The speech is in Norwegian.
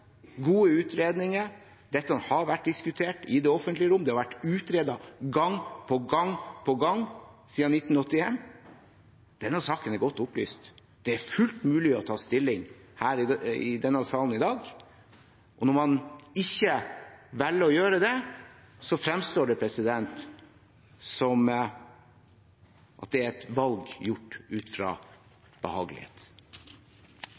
gode prosesser og gode utredninger. Dette har vært diskutert i det offentlige rom, og det har vært utredet gang på gang på gang siden 1981. Denne saken er godt opplyst, og det er fullt mulig å ta stilling her i denne salen i dag. Når man velger ikke å gjøre det, fremstår det som at det er et valg gjort ut